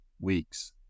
weeks